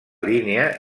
línia